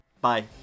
Bye